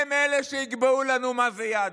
הם אלה שיקבעו לנו מה זה יהדות,